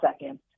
second